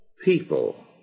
People